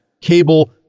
cable